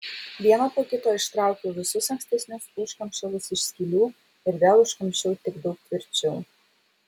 vieną po kito ištraukiau visus ankstesnius užkamšalus iš skylių ir vėl užkamšiau tik daug tvirčiau